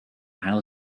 how